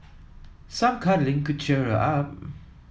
some cuddling could cheer her up